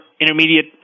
intermediate